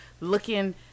looking